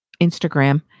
Instagram